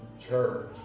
Church